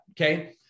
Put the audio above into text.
okay